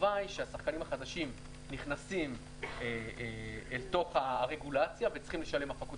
תוואי שהשחקנים החדשים נכנסים לתוך הרגולציה וצריכים לשלם הפקות